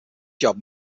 job